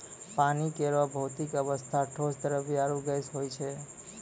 पानी केरो भौतिक अवस्था ठोस, द्रव्य आरु गैस होय छै